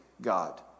God